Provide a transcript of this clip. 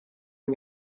you